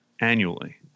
annually